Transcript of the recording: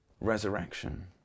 resurrection